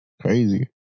Crazy